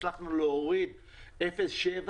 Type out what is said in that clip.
הצלחנו להוריד 0.7,